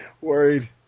worried